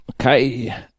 Okay